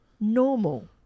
normal